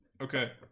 Okay